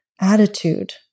attitude